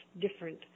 different